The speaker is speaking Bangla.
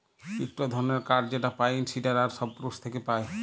ইকটো ধরণের কাঠ যেটা পাইন, সিডার আর সপ্রুস থেক্যে পায়